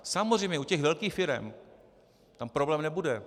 Samozřejmě u velkých firem, tam problém nebude.